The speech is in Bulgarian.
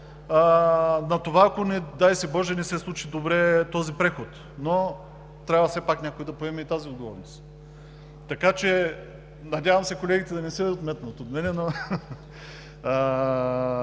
на това, ако, не дай си боже, не се случи добре този преход, но трябва, все пак, някой да поеме и тази отговорност, така че, надявам се, колегите да не се отметнат от мен.